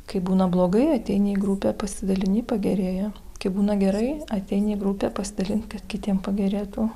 kai būna blogai ateini į grupę pasidalini pagerėja kai būna gerai ateini į grupę pasidalint kad kitiem pagerėtų